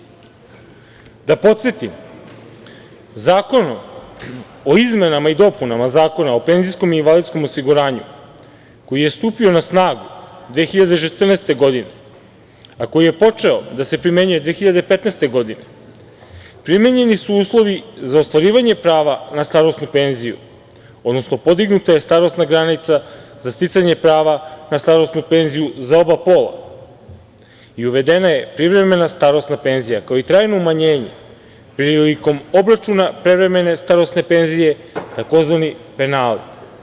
Da podsetim, zakonom o izmenama i dopunama Zakona o penzijskom i invalidskom osiguranju, koji je stupio na snagu 2014. godine, a koji je počeo da se primenjuje 2015. godine primenjeni su uslovi za ostvarivanje prava na starosnu penziju, odnosno podignuta je starosna granica za sticanje prava na starosnu penziju za oba pola i uvedena je privremena starosna penzija, kao i trajno umanjenje prilikom obračuna prevremene starosne penzije tzv. penali.